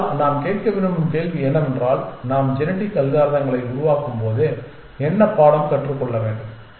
ஆனால் நாம் கேட்க விரும்பும் கேள்வி என்னவென்றால் நாம் ஜெனடிக் அல்காரிதங்களை உருவாக்கும்போது என்ன பாடம் கற்றுக்கொள்ள வேண்டும்